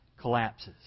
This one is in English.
collapses